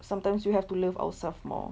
sometimes we have to love ourselves more